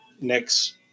next